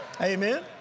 Amen